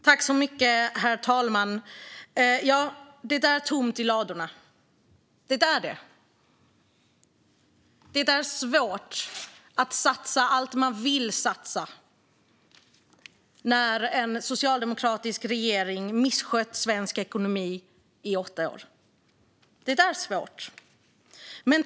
Herr talman! Det är tomt i ladorna. Det är svårt att satsa allt man vill satsa efter att en socialdemokratisk regering misskött svensk ekonomi i åtta år.